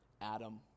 Adam